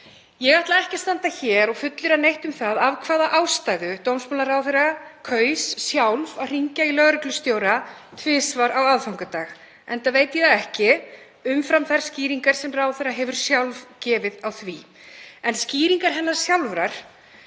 Ég ætla ekki að standa hér og fullyrða neitt um það af hvaða ástæðu dómsmálaráðherra kaus sjálf að hringja í lögreglustjóra tvisvar á aðfangadag, enda veit ég það ekki umfram þær skýringar sem ráðherra hefur sjálf gefið á því. En skýringar hennar sjálfrar